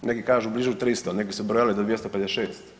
Neki kažu blizu 300, neki su brojali do 256.